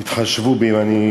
תתחשבו בי אם אני